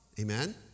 Amen